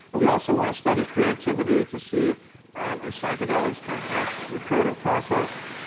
and we also want to study creativity, to see if psychedelics can enhance the creative process.